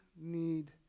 need